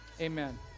amen